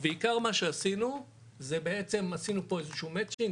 ובעיקר מה שעשינו הוא בעצם איזה שהוא חיבור.